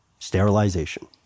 sterilization